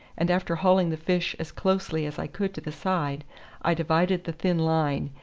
and after hauling the fish as closely as i could to the side i divided the thin line,